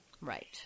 Right